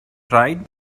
tried